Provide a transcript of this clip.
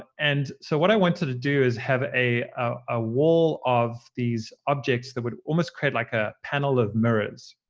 and so what i wanted to do is have a a wall of these objects that would almost create like a panel of mirrors.